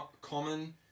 common